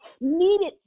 needed